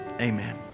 Amen